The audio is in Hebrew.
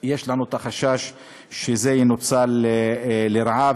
יש לנו חשש שזה ינוצל לרעה.